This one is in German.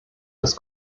des